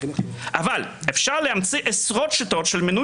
אבל אפשר להמציא עשרות שיטות של מינוי